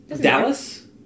Dallas